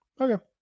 Okay